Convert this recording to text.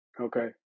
okay